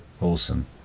awesome